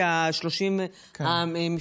אבקש את אישורה של הכנסת להרכב המוצע של הוועדה המסדרת,